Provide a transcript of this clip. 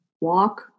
walk